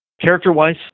Character-wise